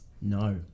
No